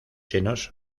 llenos